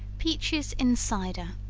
peaches in cider.